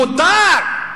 מותר,